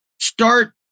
start